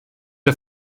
der